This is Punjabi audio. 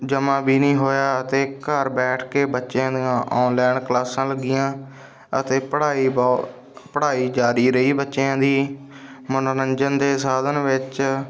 ਜਮ੍ਹਾਂ ਵੀ ਨਹੀਂ ਹੋਇਆ ਅਤੇ ਘਰ ਬੈਠ ਕੇ ਬੱਚਿਆਂ ਦੀਆਂ ਔਨਲਾਇਨ ਕਲਾਸਾਂ ਲੱਗੀਆਂ ਅਤੇ ਪੜ੍ਹਾਈ ਬਹੁਤ ਪੜ੍ਹਾਈ ਜਾਰੀ ਰਹੀ ਬੱਚਿਆਂ ਦੀ ਮਨੋਰੰਜਨ ਦੇ ਸਾਧਨ ਵਿੱਚ